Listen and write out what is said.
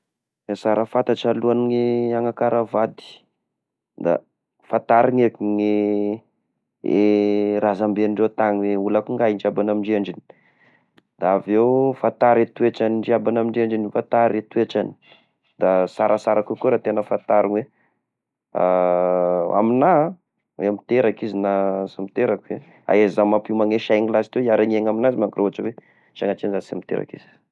Ny sara ho fantatry alohan'ny hanakara vady da fantarigna eky ny razam-bendreo tagny hoe olo akoa nga ndry iabany amby ndry endriny, da avy eo fantary toetra ndry iabany amby ndry endriny io, fantary toetrany, da sarasa kokoa raha tegna fantarigna amignà ah hoe miteraky izy na sy miteraky, ahaizagny mampiomany saigna lasy teo, hiara hiagna amignazy manko raha ohatry hoe sanatria zashy sy miteraky izy.